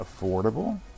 affordable